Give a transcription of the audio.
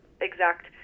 exact